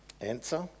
Answer